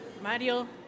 Mario